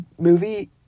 movie